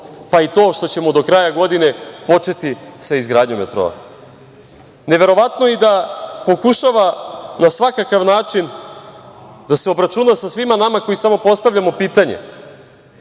pa i to što ćemo do kraja godine početi sa izgradnjom metroa. Neverovatno i da pokušava na svakakav način da se obračuna sa svima nama koji samo postavljamo pitanje.